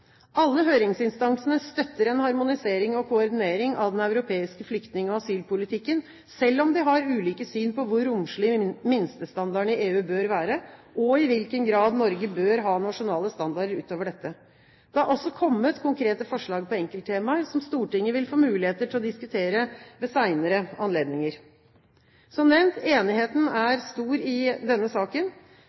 Alle høringsinstansene støtter en harmonisering og koordinering av den europeiske flyktning- og asylpolitikken, selv om de har ulike syn på hvor romslige minstestandardene i EU bør være, og i hvilken grad Norge bør ha nasjonale standarder utover dette. Det har også kommet konkrete forslag om enkelttemaer som Stortinget vil få mulighet til å diskutere ved senere anledninger. Som nevnt er enigheten stor i denne saken.